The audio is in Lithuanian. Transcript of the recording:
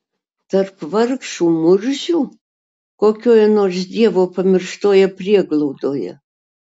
tarp vargšų murzių kokioje nors dievo pamirštoje prieglaudoje